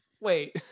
Wait